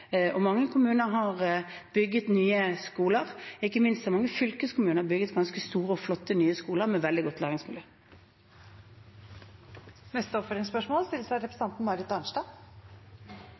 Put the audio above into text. Mange kommuner har bygd nye skoler. Ikke minst har mange fylkeskommuner bygd ganske store og flotte nye skoler med veldig godt læringsmiljø. Marit Arnstad – til oppfølgingsspørsmål.